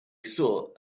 sought